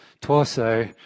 torso